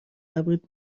قبرت